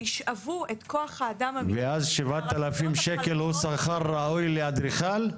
וישאבו את כוח האדם --- ואז שבעת אלפים שקל הוא שכר ראוי לאדריכל?